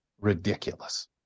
ridiculous